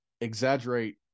exaggerate